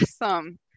awesome